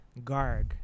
Garg